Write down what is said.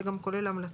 זה גם כולל המלצות.